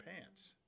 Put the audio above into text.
pants